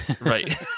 Right